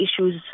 issues